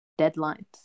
deadlines